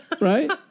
Right